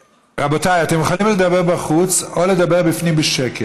רבותיי, אתם יכולים לדבר בחוץ או לדבר בפנים בשקט.